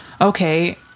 okay